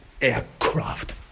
aircraft